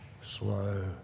slow